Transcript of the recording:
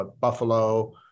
Buffalo